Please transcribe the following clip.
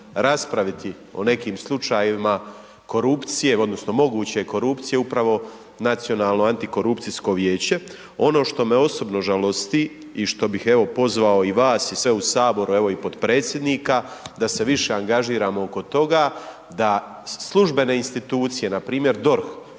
raspraviti o nekim slučajevima korupcije odnosno moguće korupcije upravo Nacionalno antikorupcijsko vijeće ono što me osobno žalosti i što bih evo pozvao i vas i sve u saboru evo i podpredsjednika da se više angažiramo oko toga, da službene institucije npr. DORH